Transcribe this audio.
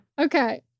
Okay